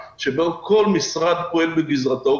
שבהם כל משרד פועל בגזרתו,